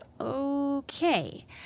Okay